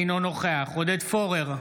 אינו נוכח עודד פורר,